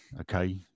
okay